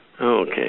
Okay